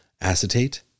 acetate